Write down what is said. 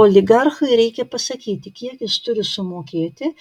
oligarchui reikia pasakyti kiek jis turi sumokėti